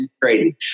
crazy